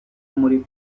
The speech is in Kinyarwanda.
muri